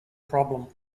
problem